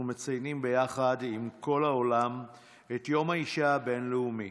אנחנו מציינים יחד עם כל העולם את יום האישה הבין-לאומי.